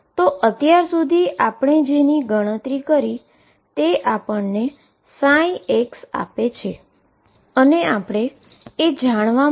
તો અત્યાર સુધી આપણે જેની ગણતરી કરી છે તે આપણને ψ આપે છે અને આપણે એ પણ જાણવા માંગીએ છીએ કે xt શું છે